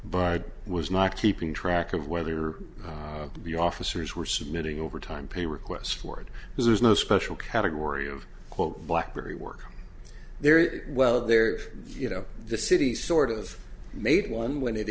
i was not keeping track of whether the officers were submitting overtime pay requests ford there's no special category of quote black berry work there well there you know the city sort of made one when it